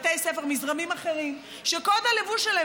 בתי ספר מזרמים אחרים שקוד הלבוש שלהם